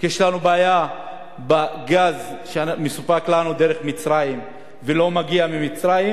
יש לנו בעיה בגז שמסופק לנו דרך מצרים ולא מגיע ממצרים,